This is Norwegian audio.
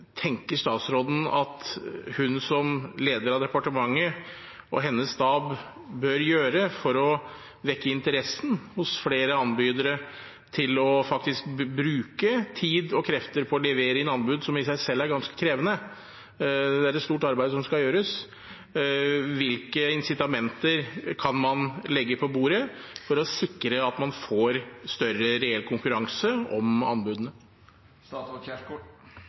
tenker statsråden at hun som leder av departementet og hennes stab bør gjøre for å vekke interessen hos flere mulige anbydere til faktisk å bruke tid og krefter på å levere inn anbud, som i seg selv er ganske krevende – det er et stort arbeid som skal gjøres? Hvilke insitamenter kan man legge på bordet for å sikre at man får større reell konkurranse om